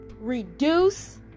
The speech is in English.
reduce